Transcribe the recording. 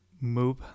move